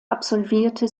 absolvierte